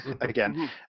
again